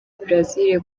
brazaville